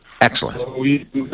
Excellent